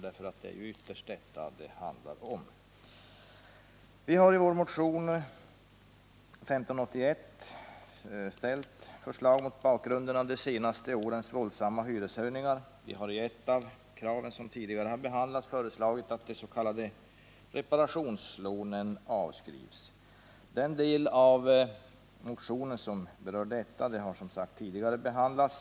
Det är ju ytterst detta som det handlar om. Vi har i vår motion 1581 framfört förslag mot bakgrunden av de senaste årens våldsamma hyreshöjningar. Ett av förslagen är att de s.k. reparationslånen avskrivs. Den del av motionen som berör dessa underhållslån har tidigare behandlats.